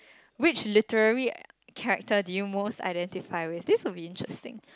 which literary character do you most identify with this will be interesting